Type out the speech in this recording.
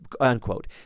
unquote